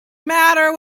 matter